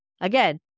Again